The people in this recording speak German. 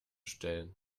stellen